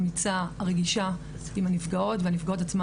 הרגישה האמיצה עם הנפגעות והנפגעות עצמן